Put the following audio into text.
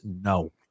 No